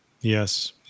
Yes